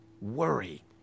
worry